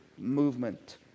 movement